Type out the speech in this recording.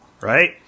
right